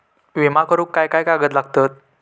विमा करुक काय काय कागद लागतत?